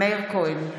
מאיר כהן,